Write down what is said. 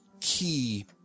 key